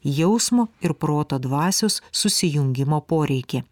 jausmo ir proto dvasios susijungimo poreikį